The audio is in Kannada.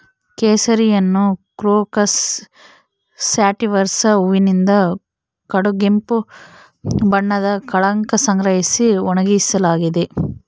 ಕೇಸರಿಯನ್ನುಕ್ರೋಕಸ್ ಸ್ಯಾಟಿವಸ್ನ ಹೂವಿನಿಂದ ಕಡುಗೆಂಪು ಬಣ್ಣದ ಕಳಂಕ ಸಂಗ್ರಹಿಸಿ ಒಣಗಿಸಲಾಗಿದೆ